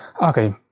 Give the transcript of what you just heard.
okay